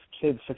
kids